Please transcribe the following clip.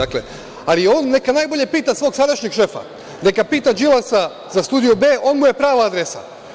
Ali, on neka najbolje pita svog sadašnjeg šefa, neka pita Đilasa za Studio B, on mu je prava adresa.